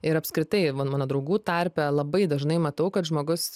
ir apskritai man mano draugų tarpe labai dažnai matau kad žmogus